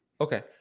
Okay